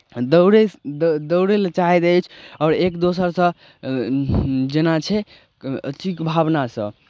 दौड़य द दौड़य लेल चाहैत अछि आओर एक दोसर सँ जेना छै अथिके भावनासँ